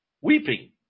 weeping